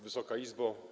Wysoka Izbo!